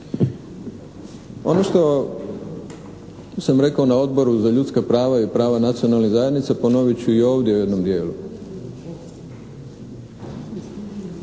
Ono što sam rekao na Odboru za ljudska prava i prava nacionalnih zajednica ponovit ću i ovdje u jednom dijelu.